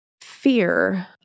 fear